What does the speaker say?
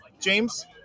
James